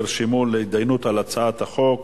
נרשמו להתדיינות על הצעת החוק